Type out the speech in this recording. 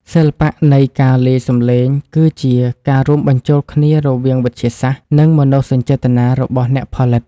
សិល្បៈនៃការលាយសំឡេងគឺជាការរួមបញ្ចូលគ្នារវាងវិទ្យាសាស្ត្រ និង មនោសញ្ចេតនារបស់អ្នកផលិត។